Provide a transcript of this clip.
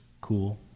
cool